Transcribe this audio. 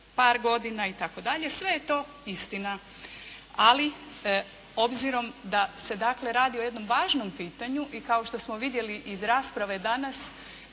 par godina itd., sve je to istina. Ali obzirom da se dakle, radi o jednom važnom pitanju. I kao što smo vidjeli iz rasprave danas,